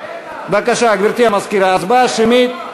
בבקשה, גברתי המזכירה, הצבעה שמית.